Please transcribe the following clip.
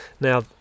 Now